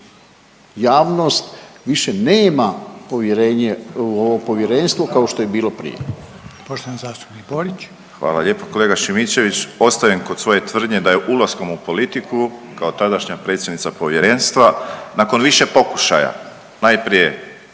javnost više nema povjerenje u ovo povjerenstvo kao što je bilo prije. **Reiner, Željko (HDZ)** Poštovani zastupnik Borić. **Borić, Josip (HDZ)** Hvala lijepo. Kolega Šimičević ostajem kod svoje tvrdnje da je ulaskom u politiku kao tadašnja predsjednica povjerenstva nakon više pokušaja najprije